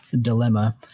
dilemma